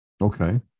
Okay